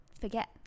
forget